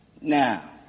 Now